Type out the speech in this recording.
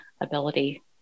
ability